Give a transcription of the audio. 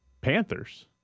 Panthers